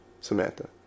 Samantha